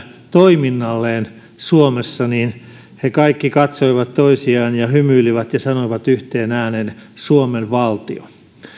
toiminnalleen suomessa niin he kaikki katsoivat toisiaan ja hymyilivät ja sanoivat yhteen ääneen suomen valtio